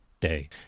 day